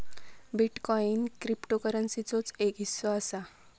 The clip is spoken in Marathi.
बिटकॉईन क्रिप्टोकरंसीचोच एक हिस्सो असा